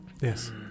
Yes